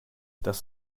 das